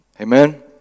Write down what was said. Amen